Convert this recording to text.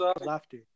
laughter